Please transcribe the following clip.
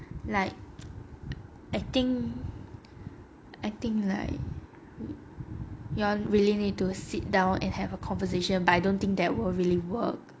like I think I think like you'll really need to sit down and have a conversation but I don't think that will really work